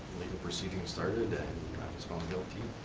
proceedings started and i was found guilty.